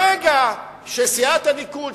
ברגע שסיעת הליכוד,